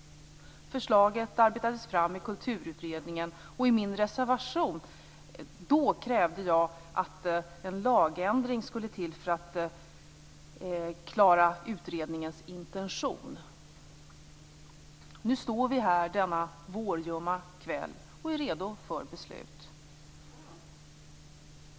Förslaget arbetades fram i kulturutredningen, och i min reservation då krävde jag att en lagändring skulle till för att klara utredningens intention. Nu står vi här denna vårljumma kväll och är redo för beslut.